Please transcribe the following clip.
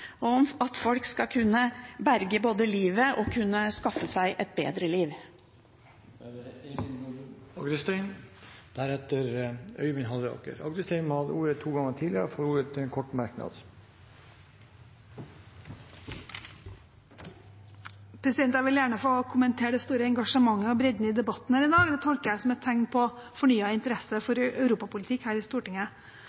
og om at folk skal kunne både berge livet og skaffe seg et bedre liv. Representanten Elin Rodum Agdestein har hatt ordet to ganger tidligere og får ordet til en kort merknad, begrenset til 1 minutt. Jeg vil gjerne få kommentere det store engasjementet og bredden i debatten her i dag. Det tolker jeg som et tegn på fornyet interesse for